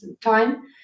time